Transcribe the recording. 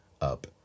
up